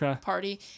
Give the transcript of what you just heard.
party